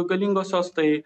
galingosios tai